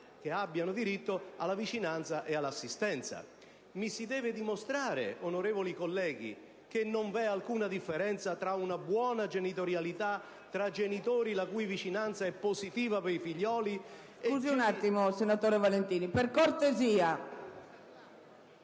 che hanno diritto alla vicinanza e all'assistenza. Mi si deve dimostrare, onorevoli colleghi, che non vi è alcuna differenza tra una buona genitorialità, tra genitori la cui vicinanza è positiva per i figlioli, e genitori